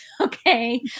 Okay